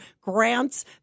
grants